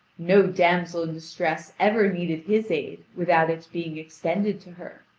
no damsel in distress ever needed his aid without its being extended to her.